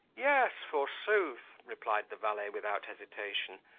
yes, forsooth, replied the valet without hesitation,